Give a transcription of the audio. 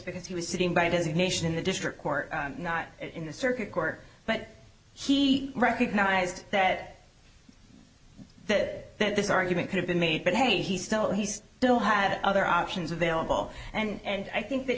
because he was sitting by his nation in the district court not in the circuit court but he recognized that that that this argument could have been made but hey he still he still had other options available and i think that